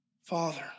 Father